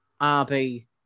RB